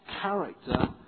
character